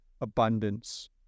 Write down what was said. abundance